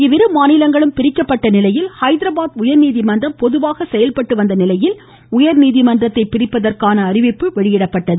இவ்விரு மாநிலங்களும் பிரிக்கப்பட்ட நிலையில் ஐதராபாத் உயர்நீதிமன்றம் பொதுவாக செயல்பட்டுவந்தநிலையில் உயர்நீதிமன்றத்தை பிரிப்பதற்கான அறிவிப்பு வெளியிடப்பட்டது